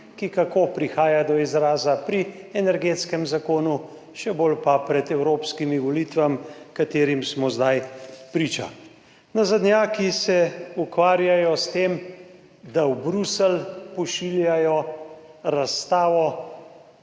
še kako prihaja do izraza pri Energetskem zakonu, še bolj pa pred evropskimi volitvami, katerim smo zdaj priča. Nazadnjaki se ukvarjajo s tem, da v Bruselj pošiljajo razstavo